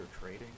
trading